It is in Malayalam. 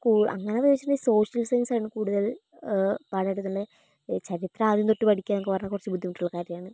അങ്ങനെ ചോദിച്ചിട്ടുണ്ടെങ്കിൽ സോഷ്യൽ സയൻസാണ് കൂടുതൽ പാടെടുക്കുന്നേ ചരിത്രം ആദ്യം തൊട്ടു പഠിക്കുക എന്നൊക്കെ പറഞ്ഞാൽ കുറച്ച് ബുദ്ധിമുട്ടുള്ള കാര്യമാണ്